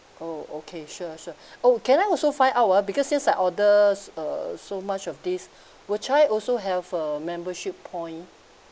oh okay sure sure oh can I also find out ah because since I order s~ uh so much of this would I also have a membership point